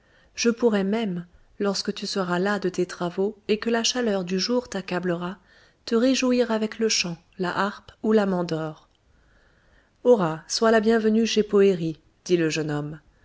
je pourrai même lorsque tu seras las de tes travaux et que la chaleur du jour t'accablera te réjouir avec le chant la harpe ou la mandore hora sois la bienvenue chez poëri dit le jeune homme